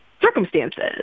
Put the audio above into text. circumstances